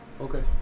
Okay